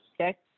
okay